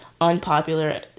unpopular